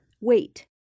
Wait